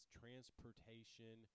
transportation